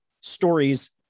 stories